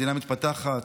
מדינה מפותחת,